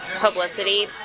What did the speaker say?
publicity